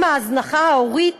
גם ההזנחה ההורית